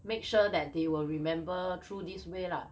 make sure that they will remember through this way lah